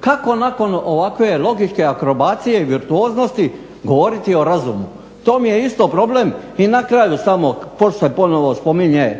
Kako nakon ovakve logičke akrobacije i virtuoznosti govoriti o razumu? To mi je isto problem. I na kraju samo … /Govornik se ne razumije./… ponovno spominje